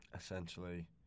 essentially